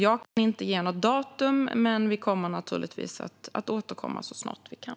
Jag kan inte ge något datum, men vi kommer naturligtvis att återkomma så snart vi kan.